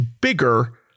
bigger